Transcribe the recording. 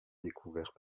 découverts